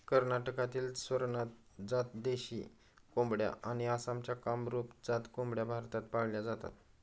कर्नाटकातील स्वरनाथ जात देशी कोंबड्या आणि आसामच्या कामरूप जात कोंबड्या भारतात पाळल्या जातात